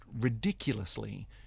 ridiculously